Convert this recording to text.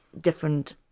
different